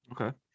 Okay